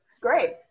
Great